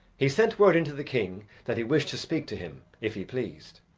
he sent word in to the king that he wished to speak to him if he pleased.